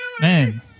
man